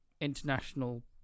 international